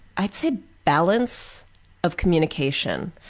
i'd say balance of communication.